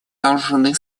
должны